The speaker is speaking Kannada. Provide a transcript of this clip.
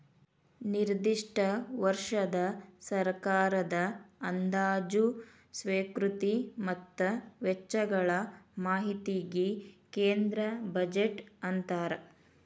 ನಿರ್ದಿಷ್ಟ ವರ್ಷದ ಸರ್ಕಾರದ ಅಂದಾಜ ಸ್ವೇಕೃತಿ ಮತ್ತ ವೆಚ್ಚಗಳ ಮಾಹಿತಿಗಿ ಕೇಂದ್ರ ಬಜೆಟ್ ಅಂತಾರ